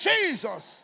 Jesus